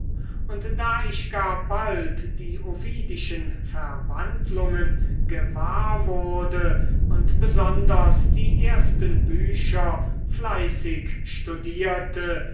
und da ich gar bald die ovidischen verwandlungen gewahr wurde und besonders die ersten bücher fleißig studierte